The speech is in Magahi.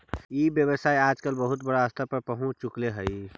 ई व्यवसाय आजकल बहुत बड़ा स्तर पर पहुँच चुकले हइ